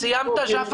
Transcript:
ואתה --- את המדינה.